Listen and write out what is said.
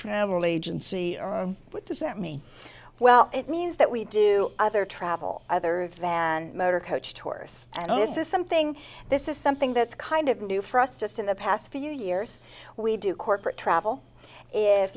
travel agency with the sent me well it means that we do other travel other than motor coach tours and this is something this is something that's kind of new for us just in the past few years we do corporate travel if